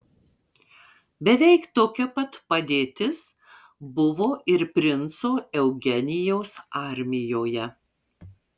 beveik tokia pat padėtis buvo ir princo eugenijaus armijoje